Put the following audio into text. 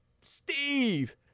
Steve